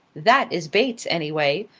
that is bates, anyway.